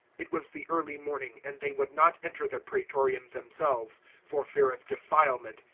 it was the early morning, and they would not enter the praetorium themselves for fear of defilement,